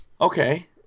Okay